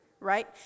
right